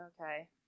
Okay